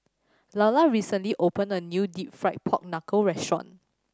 Lalla recently opened a new Deep Fried Pork Knuckle restaurant